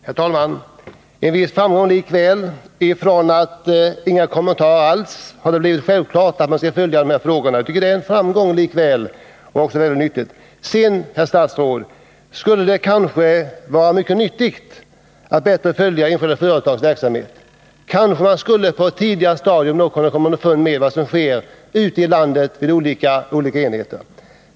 Herr talman! En viss framgång likväl: från inga kommentarer alls har det blivit självklart att man skall följa de här frågorna. Det skulle kanske, herr statsråd, vara mycket nyttigt att bättre följa enskilda företags verksamhet. Kanske skulle man då på ett tidigare stadium kunna komma underfund med vad som sker i olika enheter ute i landet.